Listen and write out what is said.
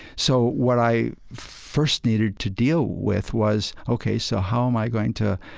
so what i first needed to deal with was, ok, so how am i going to,